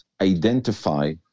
identify